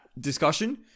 discussion